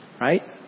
Right